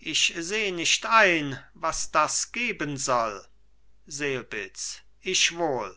ich seh nicht ein was das geben soll selbitz ich wohl